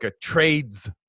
trades